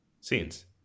scenes